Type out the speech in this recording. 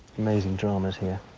amazing dramas here.